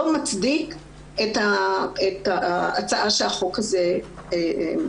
לא מצדיק את ההצעה שהחוק הזה מציע.